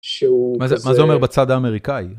מה זה אומר בצד האמריקאי?